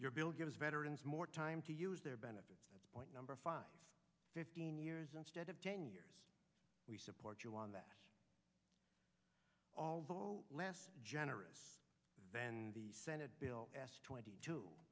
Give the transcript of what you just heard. your bill gives veterans more time to use their benefit point number five fifteen years instead of ten years we support you on that although less generous than the senate bill twenty two